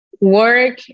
work